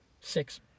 Six